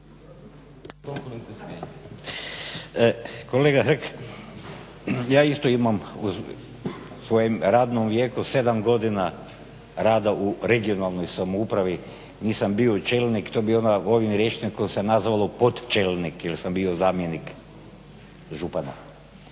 Kolega Hrg, ja isto imam u svojem radnom vijeku sedam godina rada u regionalnoj samoupravi, nisam bio čelnik, to bi ovim rječnikom se nazvalo pod čelnik jer sam bio zamjenik župana.